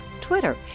Twitter